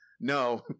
No